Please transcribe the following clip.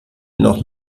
noch